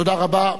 תודה רבה.